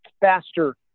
faster